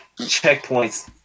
checkpoints